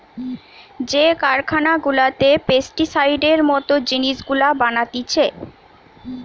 যে কারখানা গুলাতে পেস্টিসাইডের মত জিনিস গুলা বানাতিছে